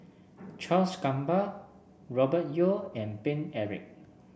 Charles Gamba Robert Yeo and Paine Eric